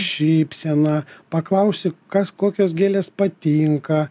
šypsena paklausi kas kokios gėles patinka